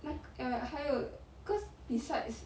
like err 还有 cause besides